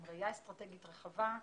עם ראייה אסטרטגית רחבה,